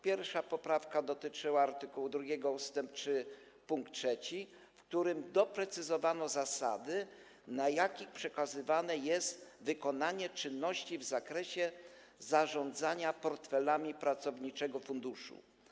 Pierwsza poprawka dotyczyła art. 2 ust. 3 pkt 3, w którym doprecyzowano zasady, na jakich przekazywane jest wykonywanie czynności w zakresie zarządzania portfelami pracowniczego funduszu.